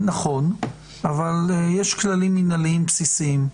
אבל יש כללים מינהליים בסיסיים.